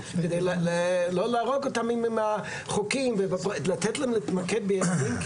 על מנת לא להרוג אותם עם החוקים ולתת להם להתמקד בילדים,